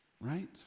Right